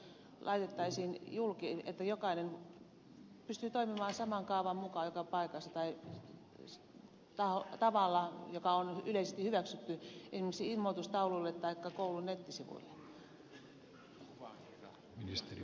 se voitaisiin laittaa julki että jokainen pystyy toimimaan saman kaavan mukaan joka paikassa tai tavalla joka on yleisesti hyväksytty esimerkiksi ilmoitustaululle tai koulun nettisivulle